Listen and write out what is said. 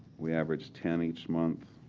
we average ten each month.